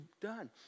done